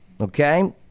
okay